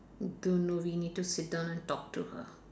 don't know we need to sit down and talk to her